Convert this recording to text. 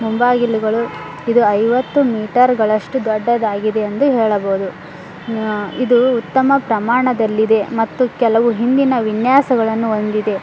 ಮುಂಬಾಗಿಲುಗಳು ಇದು ಐವತ್ತು ಮೀಟರ್ಗಳಷ್ಟು ದೊಡ್ಡದಾಗಿದೆ ಎಂದು ಹೇಳಬೋದು ಇದು ಉತ್ತಮ ಪ್ರಮಾಣದಲ್ಲಿದೆ ಮತ್ತು ಕೆಲವು ಹಿಂದಿನ ವಿನ್ಯಾಸಗಳನ್ನು ಹೊಂದಿದೆ